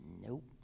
Nope